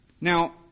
Now